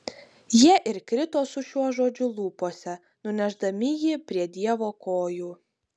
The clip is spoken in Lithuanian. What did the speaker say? jie ir krito su šiuo žodžiu lūpose nunešdami jį prie dievo kojų